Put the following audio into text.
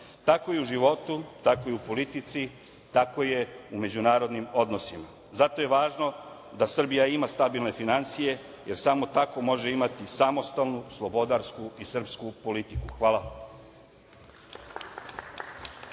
Tako i u životu, tako i u politici, tako je u međunarodnim odnosima. Zato je važno da Srbija ima stabilne finansije, jer samo tako može imati samostalnu, slobodarsku i srpsku politiku. Hvala.